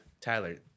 Tyler